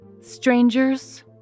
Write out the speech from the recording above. Strangers